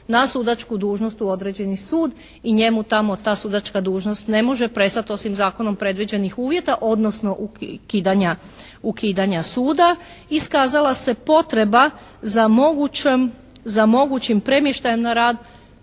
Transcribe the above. na sudačku dužnost u određeni sud i njemu tamo ta sudačka dužnost ne može prestati osim zakonom predviđenih uvjeta, odnosno ukidanja suda iskazala se potreba za mogućim premještajem na rad